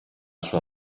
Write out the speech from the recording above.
sua